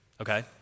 okay